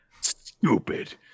stupid